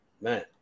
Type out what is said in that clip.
man